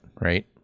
right